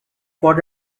got